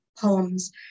poems